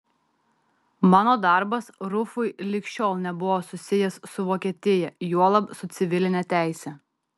mano darbas rufui lig šiol nebuvo susijęs su vokietija juolab su civiline teise